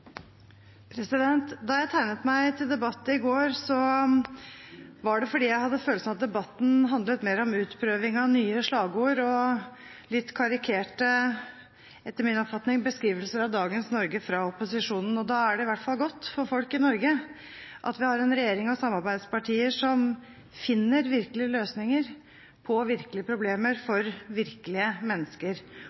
Da jeg tegnet meg til debatt i går, var det fordi jeg hadde følelsen av at debatten handlet om utprøving av nye slagord og litt karikerte – etter min oppfatning – beskrivelser av dagens Norge fra opposisjonen. Da er det i hvert fall godt for folk i Norge at vi har en regjering av samarbeidspartier som finner løsninger på virkelige problemer for virkelige mennesker.